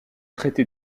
traité